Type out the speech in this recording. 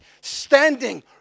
standing